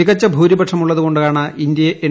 മികച്ച ഭൂരിപക്ഷമുള്ളതുകൊണ്ടാണ് എൻ